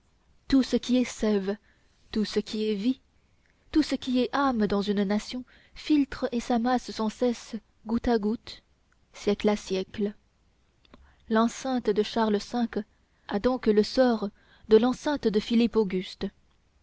tout ce qui est sève tout ce qui est vie tout ce qui est âme dans une nation filtre et s'amasse sans cesse goutte à goutte siècle à siècle l'enceinte de charles v a donc le sort de l'enceinte de